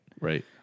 Right